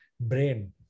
brain